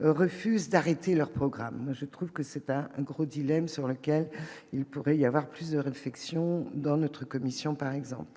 refusent d'arrêter leur programme, moi je trouve que c'est un gros dilemme sur lequel il pourrait y avoir plus de réflexion dans notre commission, par exemple,